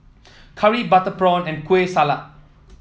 curry Butter Prawn and Kueh Salat